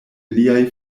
liaj